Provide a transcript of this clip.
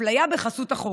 אפליה בחסות החוק.